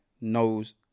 knows